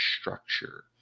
structure